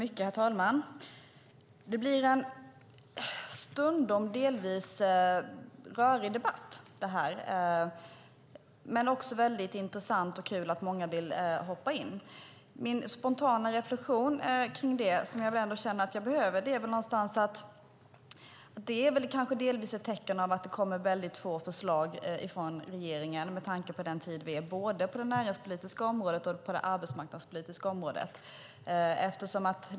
Herr talman! Det här blir en stundom delvis rörig debatt, men det är också intressant och kul att många vill delta. Min spontana reflexion kring det är att det delvis är ett tecken på att det kommer få förslag från regeringen med tanke på den tid som råder både på det näringspolitiska och på det arbetsmarknadspolitiska området.